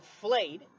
flayed